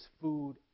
food